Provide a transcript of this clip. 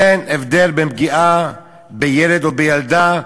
אין הבדל בין פגיעה בילד או בילדה,